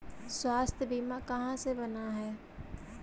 स्वास्थ्य बीमा कहा से बना है?